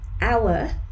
hour